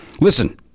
Listen